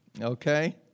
Okay